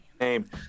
name